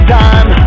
time